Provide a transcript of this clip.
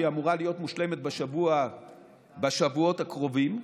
והיא אמורה להיות מושלמת בשבועות הקרובים,